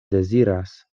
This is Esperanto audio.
deziras